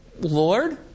Lord